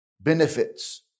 benefits